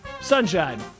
Sunshine